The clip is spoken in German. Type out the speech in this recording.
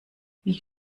wie